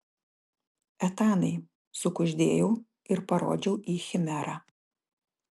etanai sukuždėjau ir parodžiau į chimerą